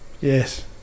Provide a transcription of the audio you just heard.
Yes